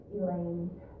Elaine